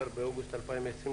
19 באוגוסט 2020,